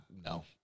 no